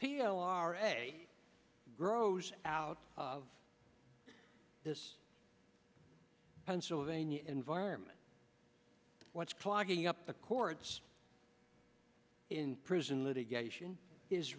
l r a grows out of this pennsylvania environment what's clogging up the courts in prison litigation is